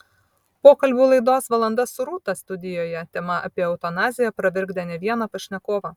pokalbių laidos valanda su rūta studijoje tema apie eutanaziją pravirkdė ne vieną pašnekovą